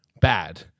bad